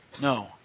No